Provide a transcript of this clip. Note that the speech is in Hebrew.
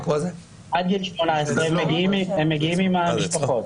עד גיל 18 הם מגיעים עם המשפחות.